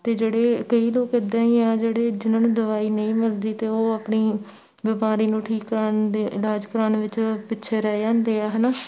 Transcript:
ਅਤੇ ਜਿਹੜੇ ਕਈ ਲੋਕ ਇੱਦਾਂ ਹੀ ਆ ਜਿਹੜੇ ਜਿਹਨਾਂ ਨੂੰ ਦਵਾਈ ਨਹੀਂ ਮਿਲਦੀ ਅਤੇ ਉਹ ਆਪਣੀ ਬਿਮਾਰੀ ਨੂੰ ਠੀਕ ਕਰਾਉਣ ਦੇ ਇਲਾਜ ਕਰਾਉਣ ਵਿੱਚ ਪਿੱਛੇ ਰਹਿ ਜਾਂਦੇ ਆ ਹੈ ਨਾ